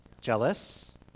jealous